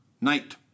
night